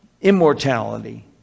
immortality